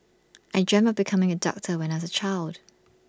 I dreamt of becoming A doctor when I was A child